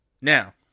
now